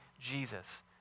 Jesus